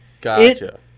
Gotcha